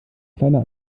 kleiner